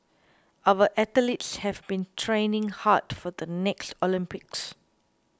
our athletes have been training hard for the next Olympics